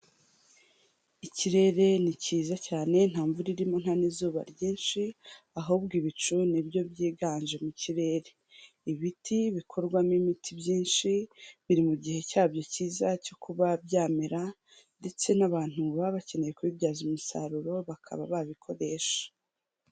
Ikirere ni cyiza cyane nta mvura irimo nta n'izuba ryinshi, ahubwo ibicu nibyo byiganje mu kirere, ibiti bikorwamo imiti byinshi biri mu gihe cyabyo cyiza cyo kuba byamera ndetse n'abantu baba bakeneye kubibyaza umusaruro bakaba babikoresha.